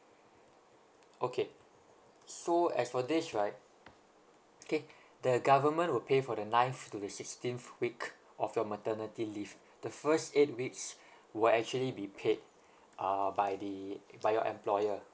okay so as for this right K the government will pay for the ninth to the sixteenth week of your maternity leave the first eight weeks will actually be paid uh by the by your employer